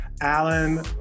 Alan